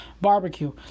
barbecue